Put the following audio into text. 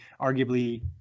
arguably